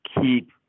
keep